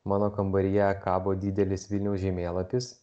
mano kambaryje kabo didelis vilniaus žemėlapis